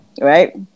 right